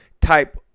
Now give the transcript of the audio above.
type